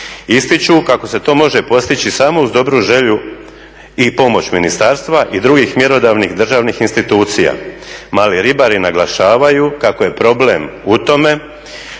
Ističu kako se to može postići samo uz dobru želju i pomoć ministarstva i drugih mjerodavnih državnih institucija. Mali ribari naglašavaju kako je problem u tome